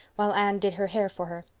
while anne did her hair for her.